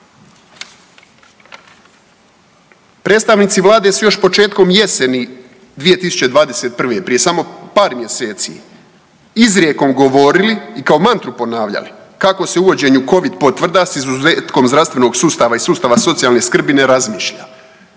Predstavnici vlade su još početkom jeseni 2021. prije samo par mjeseci izrijekom govorili i kao mantru ponavljali kako se uvođenje covid potvrda s izuzetkom zdravstvenog sustava i sustava socijalne skrbi ne razmišlja.